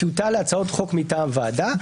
זה טיוטה להצעות חוק מטעם ועדה.